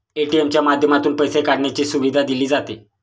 ATM च्या माध्यमातून पैसे काढण्याची सुविधा दिली जाते